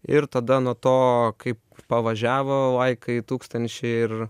ir tada nuo to kaip pavažiavo laikai tūkstančiai ir